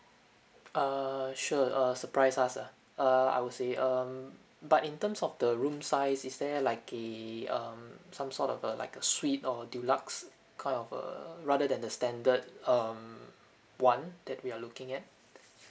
err sure uh surprise us lah err I will say um but in terms of the room size is there like eh um some sort of a like a suite or deluxe kind of err rather than the standard um [one] that we are looking at